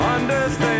Understand